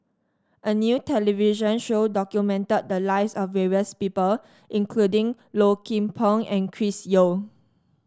a new television show documented the lives of various people including Low Kim Pong and Chris Yeo